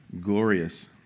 glorious